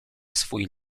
swój